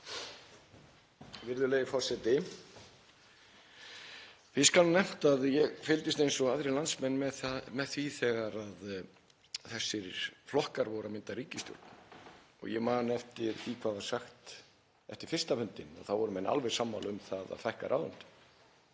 Virðulegi forseti. Hér skal nefnt að ég fylgdist eins og aðrir landsmenn með því þegar þessir flokkar voru að mynda ríkisstjórn og ég man eftir því hvað var sagt eftir fyrsta fundinn. Þá voru menn alveg sammála um það að fækka ráðuneytum.